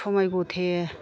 समाय मथे